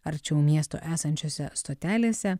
arčiau miesto esančiose stotelėse